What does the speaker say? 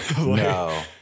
No